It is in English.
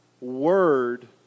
word